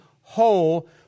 whole